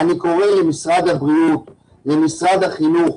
אני קורא למשרד הבריאות ולמשרד החינוך,